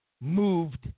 moved